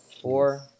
Four